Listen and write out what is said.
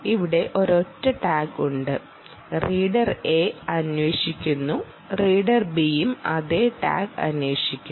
ഇവിടെ ഒരൊറ്റ ടാഗ് ഉണ്ട് റീഡർ A അന്വേഷിക്കുന്നു റീഡർ Bയും അതേ ടാഗ് അന്വേഷിക്കുന്നു